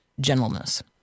gentleness